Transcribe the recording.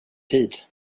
tid